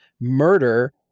murder